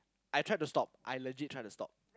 I tried to stop I legit tried to stop